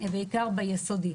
בעיקר ביסודי.